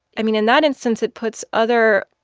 i mean, in that instance, it puts other